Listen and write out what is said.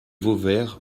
vauvert